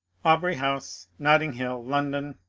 aubrkt house, nottino hill, london,